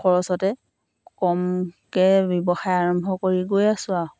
খৰচতে কমকৈ ব্যৱসায় আৰম্ভ কৰি গৈ আছোঁ আৰু